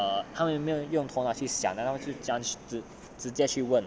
他们有没有没有用头脑去想然后就这样直接去问